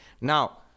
Now